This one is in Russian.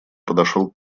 подошел